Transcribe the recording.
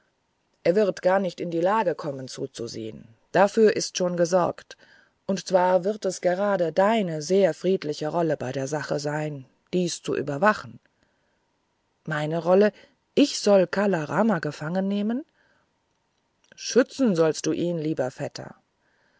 er wird gar nicht in die lage kommen zuzusehen dafür ist schon gesorgt und zwar wird es gerade deine sehr friedliche rolle bei der sache werden dies zu überwachen meine rolle ich sollte kala rama gefangen nehmen schützen sollst du ihn lieber vetter